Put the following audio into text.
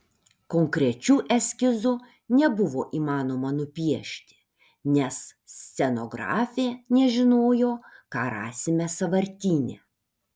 konkrečių eskizų nebuvo įmanoma nupiešti nes scenografė nežinojo ką rasime sąvartyne